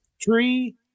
Tree-